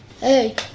Hey